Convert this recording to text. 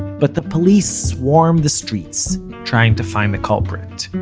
but the police swarmed the streets trying to find the culprit.